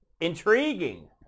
Intriguing